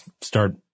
start